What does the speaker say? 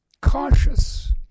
cautious